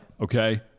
Okay